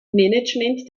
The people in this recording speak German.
management